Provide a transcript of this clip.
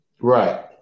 right